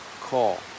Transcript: call